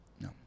No